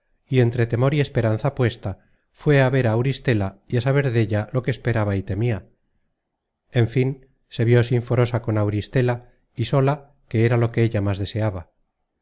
y entre temor y esperanza puesta fué á ver á auristela y á saber della lo que esperaba y temia en fin se vió sinforosa con auristela y sola que era lo que ella más deseaba